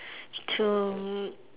to